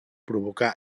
provocà